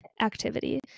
activity